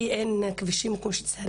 האטו כי אין כבישים שסלולים כמו שצריך.